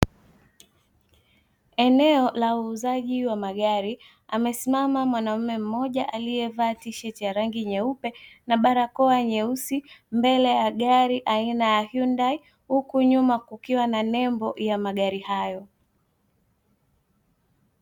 Eneo la uuzaji wa magari amesimama mwanaume mmoja aliyevaa tisheti ya rangi nyeupe na barakoa nyeusi, mbele ya gari aina ya yundai huku nyuma kukiwa na nembo ya magari hayo.